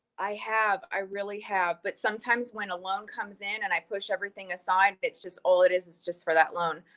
i have, i really have, but sometimes when a loan comes in and i push everything aside, it's just all it is, is for that loan,